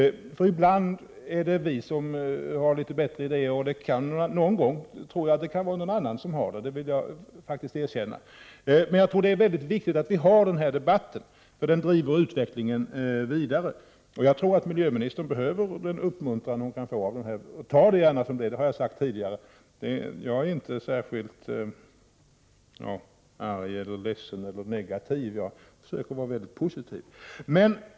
Ibland är det vi som har litet bättre idéer, och det kan någon gång vara någon annan som har det; det vill jag erkänna. Jag tror det är viktigt att vi har denna debatt, för den driver utvecklingen vidare. Jag tror miljöministern behöver den uppmuntran hon kan få — ta det gärna så, det har jag sagt tidigare. Jag är inte särskilt arg, ledsen eller negativ, utan jag försöker vara mycket positiv.